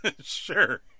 Sure